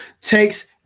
takes